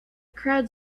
crowd